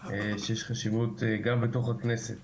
שיש חשיבות גם בתוך הכנסת